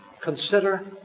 Consider